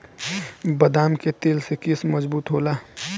बदाम के तेल से केस मजबूत होला